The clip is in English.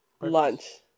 lunch